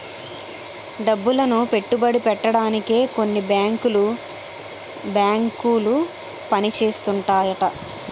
డబ్బులను పెట్టుబడి పెట్టడానికే కొన్ని బేంకులు పని చేస్తుంటాయట